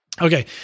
Okay